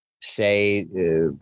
say